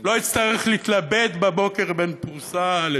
לא יצטרך להתלבט בבוקר בין פרוסה לתרופה.